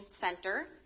center